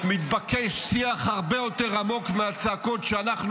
מתבקש שיח הרבה יותר עמוק מהצעקות שאנחנו,